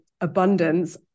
abundance